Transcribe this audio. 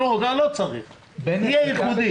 לא צריך, תהיה ייחודי.